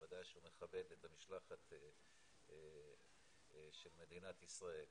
בוודאי שהוא מכבד את המשלחת של מדינת ישראל.